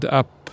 up